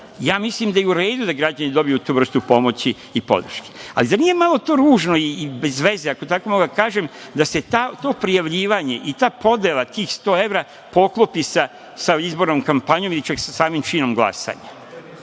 mislim da je u redu da građani dobiju tu vrstu pomoći i podrške, ali zar nije malo ružno i bez veze, ako mogu tako da kažem, da se to prijavljivanje i ta podela tih 100 evra poklopi sa izbornom kampanjom ili čak sa samim činom glasanja? To